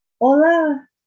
Hola